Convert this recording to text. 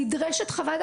נדרשת חוות דעת.